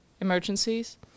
emergencies